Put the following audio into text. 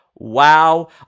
Wow